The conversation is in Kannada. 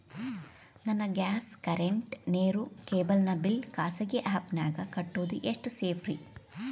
ನನ್ನ ಗ್ಯಾಸ್ ಕರೆಂಟ್, ನೇರು, ಕೇಬಲ್ ನ ಬಿಲ್ ಖಾಸಗಿ ಆ್ಯಪ್ ನ್ಯಾಗ್ ಕಟ್ಟೋದು ಎಷ್ಟು ಸೇಫ್ರಿ?